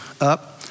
up